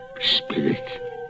Spirit